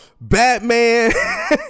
Batman